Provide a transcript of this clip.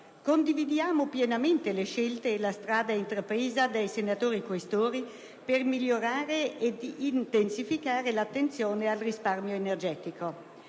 Condividiamo pienamente le scelte e la strada intrapresa dai senatori Questori per migliorare e intensificare l'attenzione al risparmio energetico.